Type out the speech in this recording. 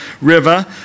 river